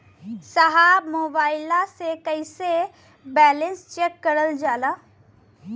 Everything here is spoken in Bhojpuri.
साहब मोबइलवा से कईसे बैलेंस चेक करल जाला?